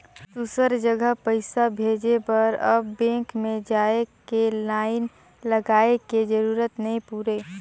दुसर जघा पइसा भेजे बर अब बेंक में जाए के लाईन लगाए के जरूरत नइ पुरे